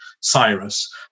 Cyrus